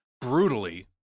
brutally